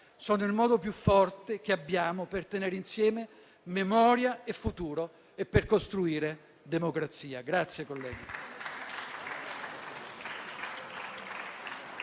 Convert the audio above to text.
sono il modo più forte che abbiamo per tenere insieme memoria e futuro e per costruire democrazia. Grazie, colleghi.